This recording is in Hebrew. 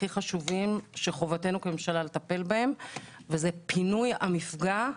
הכי חשובים שחובתנו כממשלה לטפל בהם והוא פינוי המפגע.